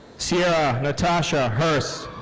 sierra natasha hurst.